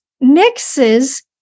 mixes